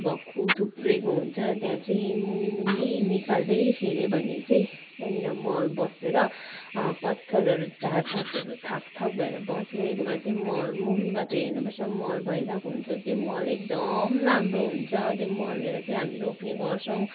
भक्कु थुप्रेको हुन्छ त्यहाँ चाहिँ मुनि मुनि निकाल्दै हेऱ्यो भने चाहिँ त्यहाँनिर मल बसेर पत्करहरू झारपातहरू थाक थाक भएर बसिरहेकोमा चाहिँ मल मुनिबाट हेर्नुपर्छ मल भइरहेको हुन्छ त्यो मल एकदम राम्रो हुन्छ त्यो मल लिएर चाहिँ हामी रोप्ने गर्छौँ